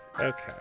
Okay